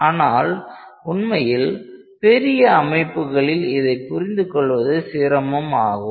ஆனால் உண்மையில் பெரிய அமைப்புகளில் இதைப் புரிந்துகொள்வது சிரமம் ஆகும்